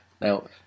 Now